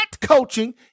coaching